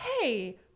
hey